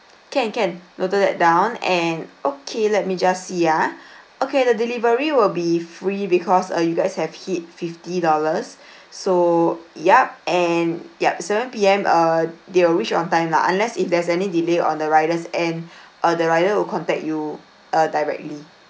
can can noted that down and okay let me just see ah okay the delivery will be free because uh you guys have hit fifty dollars so yup and yup seven P_M err they will reach on time lah unless if there's any delay on the rider's end uh the rider will contact you uh directly